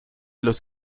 los